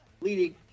leading